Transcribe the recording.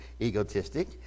egotistic